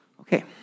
Okay